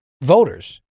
voters